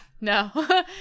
no